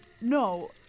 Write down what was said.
No